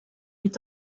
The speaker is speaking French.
est